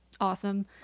awesome